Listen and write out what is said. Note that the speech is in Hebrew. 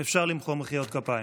אפשר למחוא מחיאות כפיים.